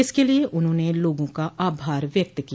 इसके लिये उन्होंने लोगों का आभार व्यक्ति किया